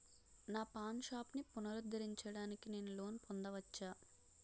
నా పాన్ షాప్ని పునరుద్ధరించడానికి నేను లోన్ పొందవచ్చా?